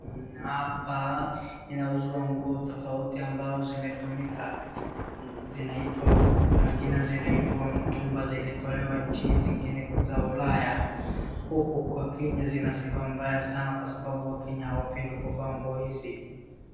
Hapa kunauzwa nguo tofauti ambao zimetumika. zinaitwa kwa majina zinaitwa mtumba zilitolewa nchi zingine za ulaya. Huku kwa Kenya zina sifa mbaya sana kwa sababau wakenya hawapendi kuvaa nguo hizi